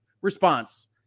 response